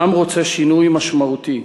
העם רוצה שינוי משמעותי,